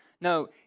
No